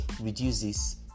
reduces